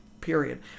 period